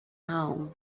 home